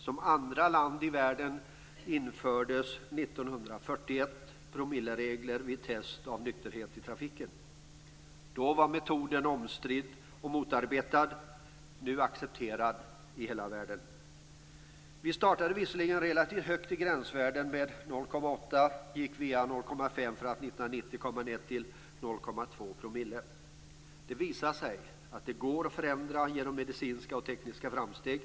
Som andra land i världen införde vi Då var metoden omstridd och motarbetad. Nu är den accepterad i hela världen. Vi startade i och för sig relativt högt med gränsvärden på 0,8 %. Sedan gick det via 0,5 % för att 1990 komma ned till 0,2 %. Det visar sig att det går att förändra genom medicinska och tekniska framsteg.